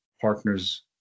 partners